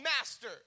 master